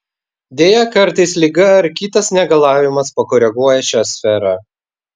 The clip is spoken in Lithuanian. deja kartais liga ar kitas negalavimas pakoreguoja šią sferą